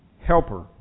Helper